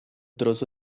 trozo